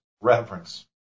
reverence